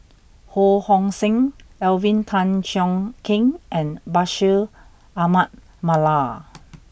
Ho Hong Sing Alvin Tan Cheong Kheng and Bashir Ahmad Mallal